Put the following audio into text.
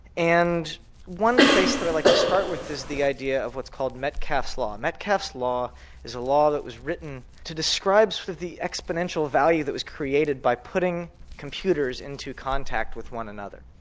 and one place that i like to start with is the idea of what's called metcalf's law. metcalf's law is a law that was written to describe for sort of the exponential value that was created by putting computers into contact with one another.